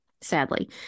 sadly